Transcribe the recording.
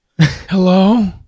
hello